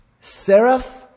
Seraph